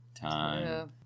Time